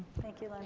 thank you, lynn.